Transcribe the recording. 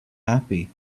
happy